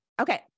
Okay